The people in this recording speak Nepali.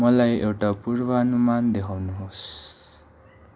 मलाई एउटा पूर्वानुमान देखाउनुहोस्